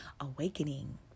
awakening